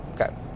Okay